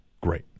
great